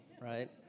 right